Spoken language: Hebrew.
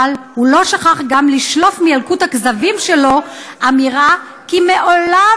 אבל הוא לא שכח גם לשלוף מילקוט הכזבים שלו אמירה: מעולם